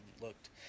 looked